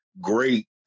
great